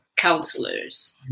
counselors